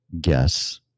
Guess